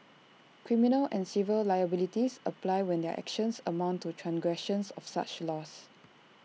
criminal and civil liabilities apply when their actions amount to transgressions of such laws